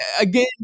Again